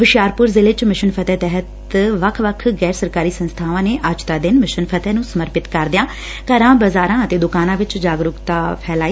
ਹੁਸ਼ਿਆਰਪੁਰ ਜ਼ਿਲ਼ੇ ਚ ਮੈਸ਼ਨ ਫਤਿਹ ਅਧੀਨ ਵੱਖ ਵੱਖ ਗੈਰ ਸਰਕਾਰੀ ਸੰਸਬਾਵਾਂ ਨੇ ਅੱਜ ਦਾ ਦਿਨ ਮਿਸ਼ਨ ਫਤਿਹ ਨੰ ਸਮਰਪਿਤ ਕਰਦਿਆਂ ਘਰਾਂ ਬਜ਼ਾਰਾਂ ਅਤੇ ਦੁਕਾਨਾਂ ਵਿੱਚ ਜਾਗਰੁਕਤਾ ਫੈਲਾਈ